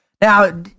Now